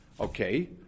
okay